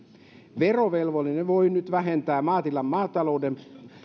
verovelvollinen voi nyt vähentää maatilan maatalouden